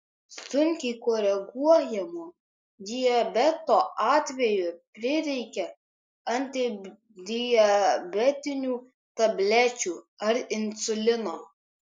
sunkiai koreguojamo diabeto atveju prireikia antidiabetinių tablečių ar insulino